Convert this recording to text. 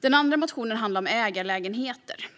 Den andra motionen handlar om ägarlägenheter.